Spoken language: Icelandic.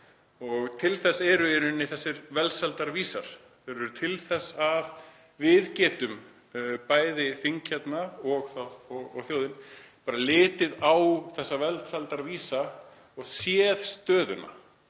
Til þess eru þessir velsældarvísar. Þeir eru til þess að við getum, bæði þing og þjóð, litið á þessa velsældarvísa og séð stöðuna,